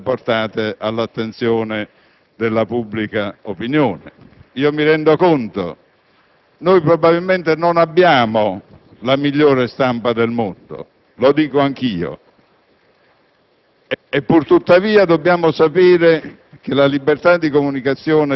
a mio avviso, la giusta luce su situazioni portate all'attenzione della pubblica opinione. Mi rendo conto che probabilmente non abbiamo la migliore stampa del mondo; questo lo dico anch'io.